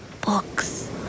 books